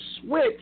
switch